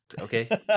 okay